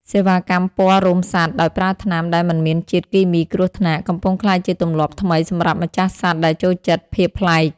សេវាកម្មពណ៌រោមសត្វដោយប្រើថ្នាំដែលមិនមានជាតិគីមីគ្រោះថ្នាក់ កំពុងក្លាយជាទម្លាប់ថ្មីសម្រាប់ម្ចាស់សត្វដែលចូលចិត្តភាពប្លែក។